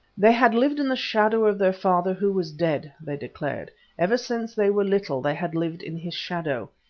they had lived in the shadow of their father, who was dead, they declared ever since they were little they had lived in his shadow.